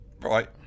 right